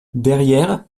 derrière